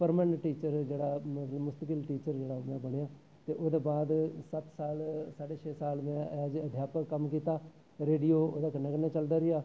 permanent teacher जेह्ड़़ा मुस्तकिल teacher जेह्ड़ा मैं बनेआ ते ओह्दे बाद सत्त साल साड्ढे छे साल मैं एज़ ऐ अध्यापक कम्म कीता रेडियो ओहदे कन्नै कन्नै चलदा रेहा